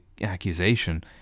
accusation